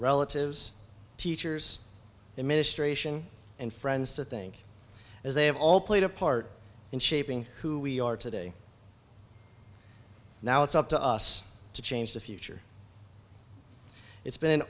relatives teachers administration and friends to think as they have all played a part in shaping who we are today now it's up to us to change the future it's